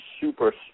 super